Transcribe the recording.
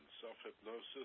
self-hypnosis